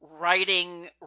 writing